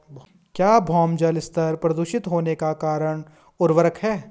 क्या भौम जल स्तर प्रदूषित होने का कारण उर्वरक है?